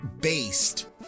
based